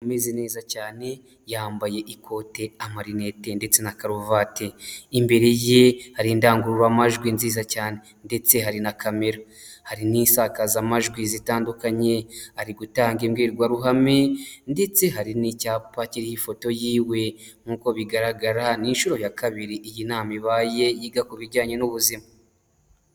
Ameze neza cyane, yambaye ikote, amarinete ndetse na karuvati, imbere ye hari indangururamajwi nziza cyane ndetse hari na kamera, hari n'isakazamajwi zitandukanye, ari gutanga imbwirwaruhame ndetse hari n'icyapa kiriho ifoto yiwe. Nk'uko bigaragara ni inshuro ya kabiri iyi nama ibaye yiga ku bijyanye n'ubuzima.